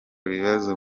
ibibazo